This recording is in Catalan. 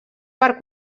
per